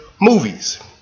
movies